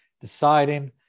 deciding